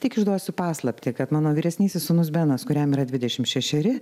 tik išduosiu paslaptį kad mano vyresnysis sūnus benas kuriam yra dvidešimt šešeri